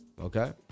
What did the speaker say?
okay